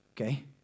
okay